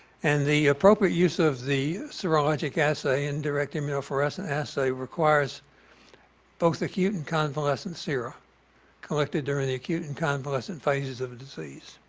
and the appropriate use of the serologic assay, indirect immunofluorescence assay requires both acute and convalescent sera collected during the acute and convalescent phases of the disease.